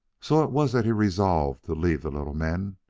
so it was that he resolved to leave the little men,